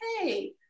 hey